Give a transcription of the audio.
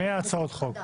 100 הצעות חוק.